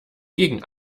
gegen